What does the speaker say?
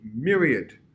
myriad